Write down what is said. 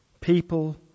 people